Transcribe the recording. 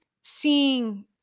seeing